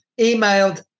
emailed